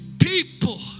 People